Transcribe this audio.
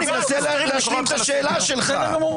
אני מנסה להשלים את השאלה שלך.